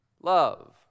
love